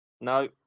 No